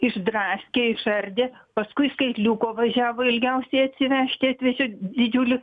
išdraskė išardė paskui skaitliuko važiavo ilgiausiai atsivežti atvežė didžiulį